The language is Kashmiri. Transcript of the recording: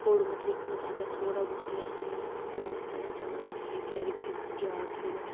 پوٚرمُت لیٛوٗکھمُت اَگر تھوڑا بہُتے آسہِ ہا ییٚمِس فون آسہِ تَگان چَلاوُن سُہ ہیٚکہِ گَرِ بِہِتھ جاب کٔرِتھ